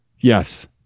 yes